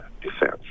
defense